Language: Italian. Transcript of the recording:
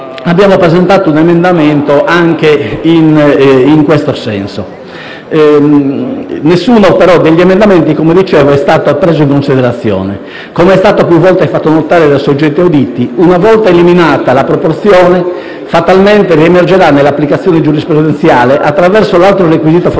Abbiamo presentato un emendamento anche in questo senso, ma nessuno degli emendamenti, come dicevo, è stato preso in considerazione. Com'è stato più volte fatto notare dai soggetti auditi, una volta eliminata, la proporzione essa fatalmente riemergerà nell'applicazione giurisprudenziale, attraverso l'altro requisito fondamentale